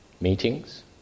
meetings